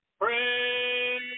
pray